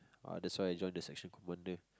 uh that's why I join the section commander